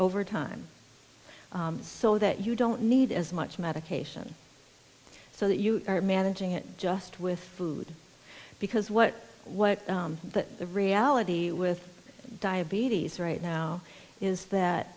over time so that you don't need as much medication so that you are managing it just with food because what what that the reality with diabetes right now is that